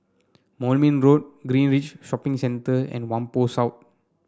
Moulmein Road Greenridge Shopping Centre and Whampoa South